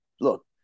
Look